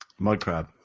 Mudcrab